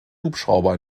hubschrauber